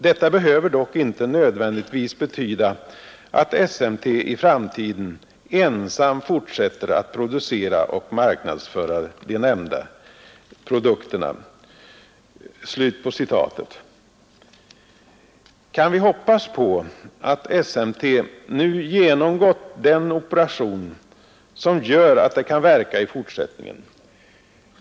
Detta behöver dock inte nödvändigtvis betyda att SMT i framtiden ensam fortsätter att producera och marknadsföra de nämnda produkterna.” Kan vi hoppas på att SMT nu genomgått en operation som gör att bolaget kan verka i fortsättningen?